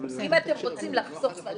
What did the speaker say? אם אתם רוצים לחסוך זמן,